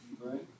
right